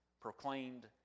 proclaimed